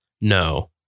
No